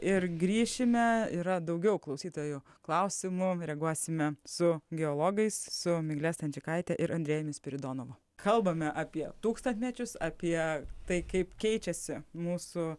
ir grįšime yra daugiau klausytojų klausimų reaguosime su geologais su migle stančikaite ir andrejumi spiridonovu kalbame apie tūkstantmečius apie tai kaip keičiasi mūsų